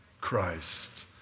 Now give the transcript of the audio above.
Christ